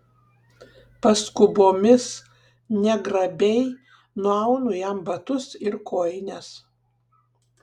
paskubomis negrabiai nuaunu jam batus ir kojines